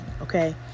okay